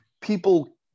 people